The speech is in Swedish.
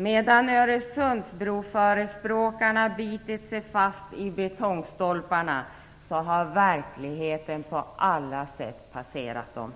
Medan Öresundsbroförespråkarna bitit sig fast i betongstolparna har verkligheten på alla sätt passerat dem.